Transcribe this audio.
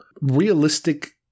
realistic